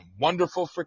wonderful